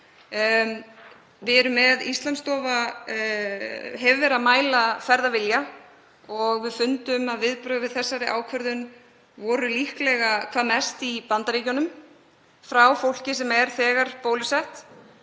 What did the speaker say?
til í maí. Íslandsstofa hefur verið að mæla ferðavilja og við fundum að viðbrögð við þessari ákvörðun voru líklega hvað mest í Bandaríkjunum og hjá fólki sem er þegar bólusett.